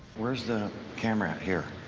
where's the camera at here?